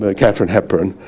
ah katharine hepburn,